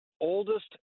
oldest